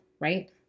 right